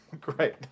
Great